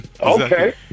Okay